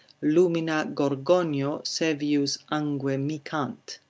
lumina gorgonio saevius angue micant.